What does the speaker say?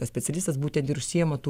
tas specialistas būtent ir užsiima tų